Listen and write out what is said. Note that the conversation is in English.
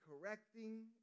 correcting